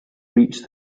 reached